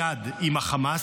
אותו מזכ"ל או"ם